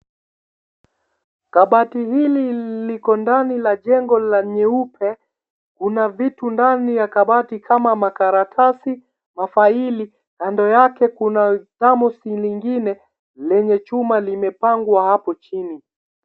Kabati hili liko ndani la jengo la nyeupe, kuna vitu ndani ya kabati kama makaratasi, mafaili, kando yake kuna thermos lingine lenye chuma limepangwa hapo chini.